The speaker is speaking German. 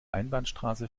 einbahnstraße